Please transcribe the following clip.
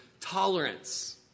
tolerance